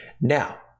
Now